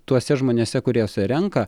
tuose žmonėse kurie jas renka